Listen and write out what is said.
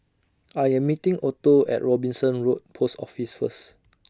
I Am meeting Otto At Robinson Road Post Office First